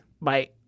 Bye